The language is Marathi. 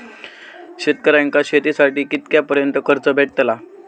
शेतकऱ्यांका शेतीसाठी कितक्या पर्यंत कर्ज भेटताला?